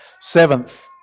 Seventh